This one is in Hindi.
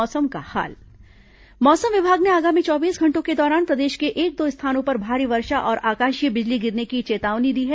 मौसम मौसम विभाग ने आगामी चौबीस घंटों के दौरान प्रदेश के एक दो स्थानों पर भारी वर्षा और आकाशीय बिजली गिरने की चेतावनी दी है